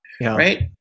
right